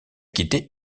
quitter